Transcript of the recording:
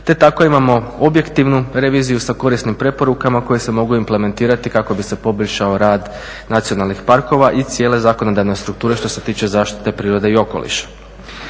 te tako imamo objektivnu reviziju sa korisnim preporukama koje se mogu implementirati kako bi se poboljšao rad nacionalnih parkova i cijele zakonodavne strukture što se tiče zaštite prirode i okoliša.